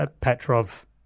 Petrov